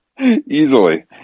easily